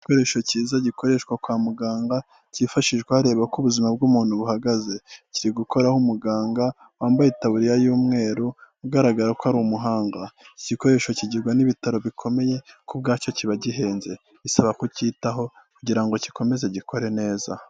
Igikoresho cyiza gikoreshwa kwa muganga cyifashishwa bareba uko ubuzima bw'umuntu buhagaze, kiri gukoraho umuganga wambaye taburiya y'umweru ugaragara ko ari umuhanga, iki igikoresho kigirwa n'ibitaro bikomeye kuko ubwacyo kiba gihenze, bisaba kucyitaho kugira ngo gikomeze gikore neza.